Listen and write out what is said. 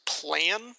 plan